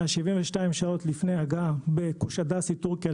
מהאנייה 72 שעות לפני בקושדסי תורכיה,